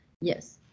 yes